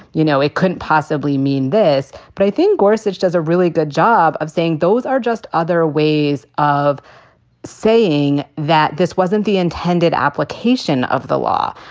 you know, it couldn't possibly mean this. but i think gorsuch does a really good job of saying those are just other ways of saying that this wasn't the intended application of the law.